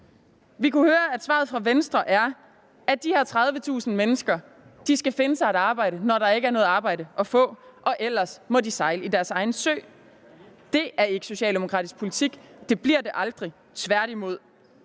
Vi kunne høre, at svaret fra Venstre er, at de her 30.000 mennesker skal finde sig et arbejde, når der ikke er noget arbejde at få, og ellers må de sejle deres egen sø. Det er ikke socialdemokratisk politik, og det bliver det aldrig – tværtimod.